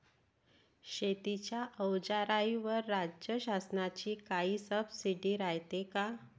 शेतीच्या अवजाराईवर राज्य शासनाची काई सबसीडी रायते का?